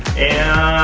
and,